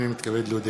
הנני מתכבד להודיעכם,